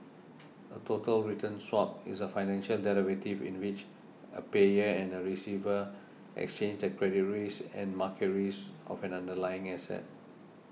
a total return swap is a financial derivative in which a payer and receiver exchange the credit risk and market risk of an underlying asset